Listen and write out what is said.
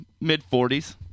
mid-40s